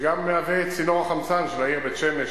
שגם מהווה צינור החמצן של העיר בית-שמש,